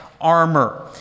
armor